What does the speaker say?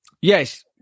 Yes